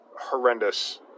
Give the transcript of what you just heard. horrendous